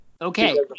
Okay